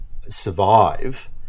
survive